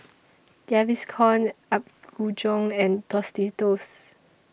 Gaviscon Apgujeong and Tostitos